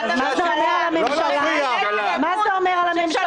מה זה אומר על הממשלה?